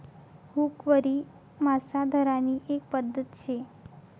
हुकवरी मासा धरानी एक पध्दत शे